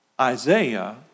Isaiah